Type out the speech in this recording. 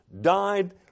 died